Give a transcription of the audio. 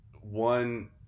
One